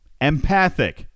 Empathic